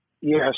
Yes